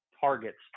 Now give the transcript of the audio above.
targets